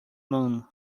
moon